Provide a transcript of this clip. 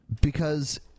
Because-